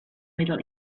middle